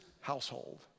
household